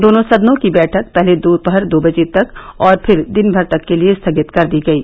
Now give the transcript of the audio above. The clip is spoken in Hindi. दोनों सदनों की बैठक पहले दोपहर दो बजे तक और फिर दिन भर के लिये स्थगित कर दी गयी